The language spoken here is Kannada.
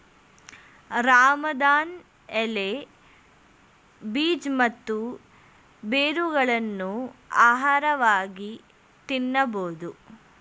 ರಾಮದಾನ್ ಎಲೆ, ಬೀಜ ಮತ್ತು ಬೇರುಗಳನ್ನು ಆಹಾರವಾಗಿ ತಿನ್ನಬೋದು